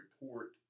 report